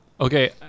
Okay